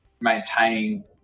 maintaining